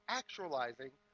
actualizing